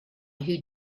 who